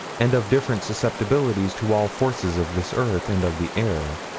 and of different susceptibilities to all forces of this earth and of the air.